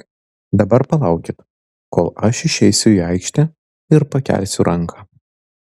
dabar palaukit kol aš išeisiu į aikštę ir pakelsiu ranką